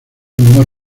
humor